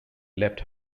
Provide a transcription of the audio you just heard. left